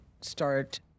start